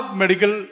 medical